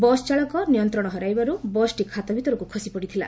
bus ଚାଳକ ନିୟନ୍ତ୍ରଣ ହରାଇବାରୁ ବସ୍ଟି ଖାତ ଭିତରକୁ ଖସି ପଡ଼ିଥିଲା